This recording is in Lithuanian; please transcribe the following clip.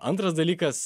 antras dalykas